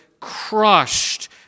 crushed